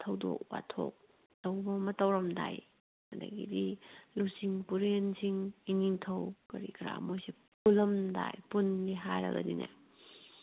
ꯊꯧꯗꯣꯛ ꯋꯥꯊꯣꯛ ꯇꯧꯕ ꯑꯃ ꯇꯧꯔꯝꯗꯥꯏ ꯑꯗꯒꯤꯗꯤ ꯂꯨꯆꯤꯡꯄꯨꯔꯦꯟꯁꯤꯡ ꯏꯅꯤꯡꯊꯧ ꯀꯔꯤ ꯀꯔꯥ ꯃꯈꯣꯏꯁꯤ ꯄꯨꯜꯂꯝꯗꯥꯏ ꯄꯨꯟꯒꯦ ꯍꯥꯏꯔꯒꯗꯤꯅꯦ